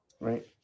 Right